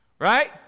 right